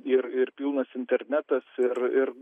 ir ir pilnas internetas ir ir